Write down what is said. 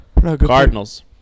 Cardinals